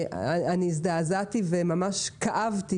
אני הזדעזעתי וממש כאבתי,